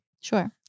Sure